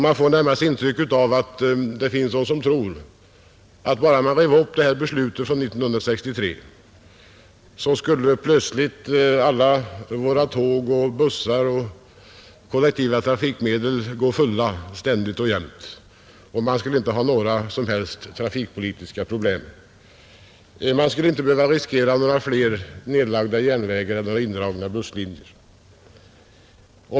Jag får närmast intrycket att det finns de som tror att bara man river upp beslutet av 1963, skulle plötsligt alla våra tåg och bussar och andra kollektiva trafikmedel ha fullt med resande ständigt och jämt, och man skulle inte ha några som helst trafikpolitiska problem. Man skulle inte behöva riskera några fler nedlagda järnvägar eller indragna busslinjer.